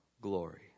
glory